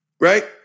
right